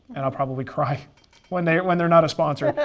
and i'll probably cry when they're when they're not a sponsor.